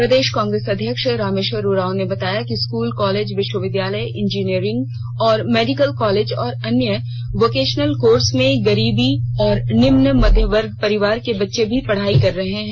प्रदेश कांग्रेस अध्यक्ष रामेश्वर उरांव ने बताया कि स्कूल कॉलेज विष्वविद्यालय इंजीनियरिंग और मेडिकल कॉलेज और अन्य वोकेशनल कोर्स में गरीब और निम्न मध्यमवर्ग परिवार के बच्चे भी पढ़ाई कर रहे हैं